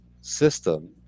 system